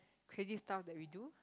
crazy stuff that we do